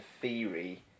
theory